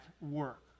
work